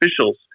officials